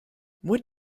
what